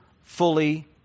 fully